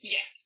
Yes